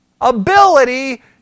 ability